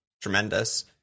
tremendous